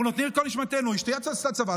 אנחנו נותנים את כל נשמתנו, אשתי עשתה צבא.